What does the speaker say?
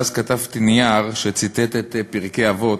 ואז כתבתי נייר שציטט את פרקי אבות: